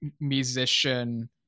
musician